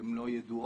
שהן לא ידועות.